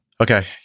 Okay